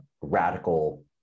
radical